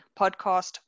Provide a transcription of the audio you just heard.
podcast